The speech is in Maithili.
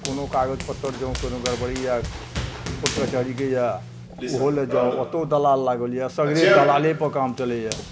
कोनो कागज पत्तर जँ कोनो गड़बड़ी यऽ कोर्ट कचहरीके यऽ ओहो लै जाउ ओतहु दलाल लागल यऽ सगरे दलालेपर काम चलैए